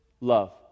love